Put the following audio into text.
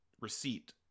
receipt